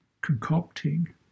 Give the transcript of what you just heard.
concocting